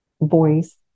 voice